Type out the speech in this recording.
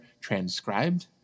transcribed